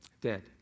Dead